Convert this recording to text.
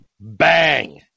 Bang